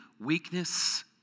weakness